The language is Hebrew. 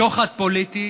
שוחד פוליטי